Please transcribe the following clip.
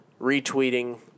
retweeting